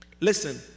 Listen